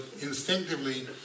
instinctively